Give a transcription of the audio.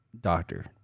doctor